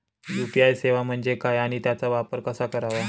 UPI सेवा म्हणजे काय आणि त्याचा वापर कसा करायचा?